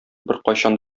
беркайчан